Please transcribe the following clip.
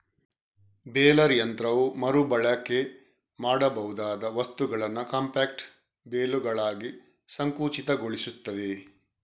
baler ಯಂತ್ರವು ಮರು ಬಳಕೆ ಮಾಡಬಹುದಾದ ವಸ್ತುಗಳನ್ನ ಕಾಂಪ್ಯಾಕ್ಟ್ ಬೇಲುಗಳಾಗಿ ಸಂಕುಚಿತಗೊಳಿಸ್ತದೆ